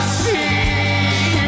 see